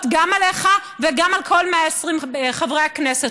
גם עליך וגם על כל 120 חברי הכנסת.